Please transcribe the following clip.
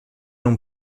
non